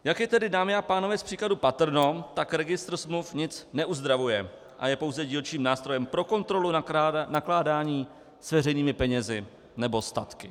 Jak je tedy, dámy a pánové, z příkladu patrno, tak registr smluv nic neuzdravuje a je pouze dílčím nástrojem pro kontrolu nakládání s veřejnými penězi nebo statky.